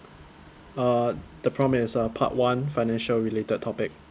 uh the prompt is uh part one financial related topic